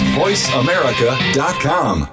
voiceamerica.com